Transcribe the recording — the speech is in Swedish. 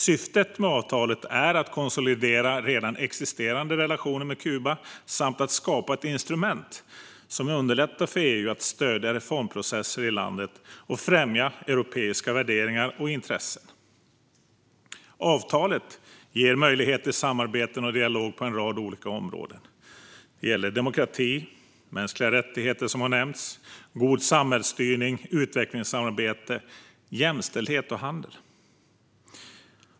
Syftet med avtalet är att konsolidera redan existerande relationer med Kuba samt att skapa ett instrument som underlättar för EU att stödja reformprocesser i landet och främja europeiska värderingar och intressen. Avtalet ger möjlighet till samarbeten och dialog på en rad olika områden. Det gäller demokrati, mänskliga rättigheter, som har nämnts, god samhällsstyrning, utvecklingssamarbete, jämställdhet och handel.